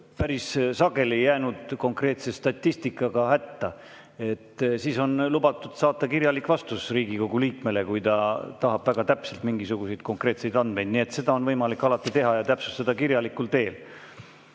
päris sageli jäänud konkreetse statistikaga hätta. Siis on lubatud saata kirjalik vastus Riigikogu liikmele, kui ta tahab väga täpselt mingisuguseid konkreetseid andmeid. Nii et seda on võimalik alati teha ja täpsustada kirjalikul teel.